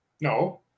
No